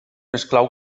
esclau